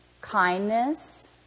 kindness